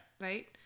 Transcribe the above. Right